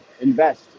Invest